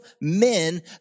men